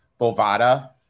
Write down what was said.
Bovada